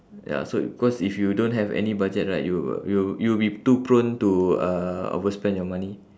ya so cause if you don't have any budget right you'll you'll you'll be too prone to uh overspend your money